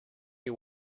you